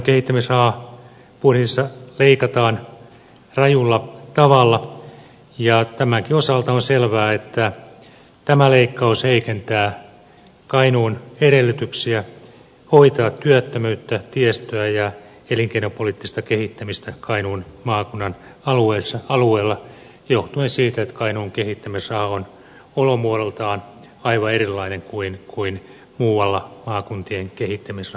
kainuun kehittämisrahaa budjetissa leikataan rajulla tavalla ja tämänkin osalta on selvää että tämä leikkaus heikentää kainuun edellytyksiä hoitaa työttömyyttä tiestöä ja elinkeinopoliittista kehittämistä kainuun maakunnan alueella johtuen siitä että kainuun kehittämisraha on olomuodoltaan aivan erilainen kuin muualla maakuntien kehittämisrahan sisältö